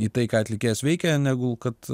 į tai ką atlikėjas veikia negu kad